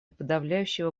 подавляющего